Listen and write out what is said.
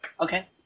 Okay